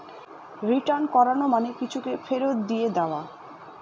return করানো মানে কিছুকে ফেরত দিয়ে দেওয়া